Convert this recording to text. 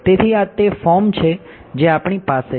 તેથી આ તે ફોર્મ છે જે આપણી પાસે છે